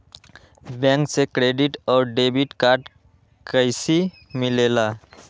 Bank से credit और debit card कैसी मिलेला?